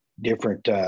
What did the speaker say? different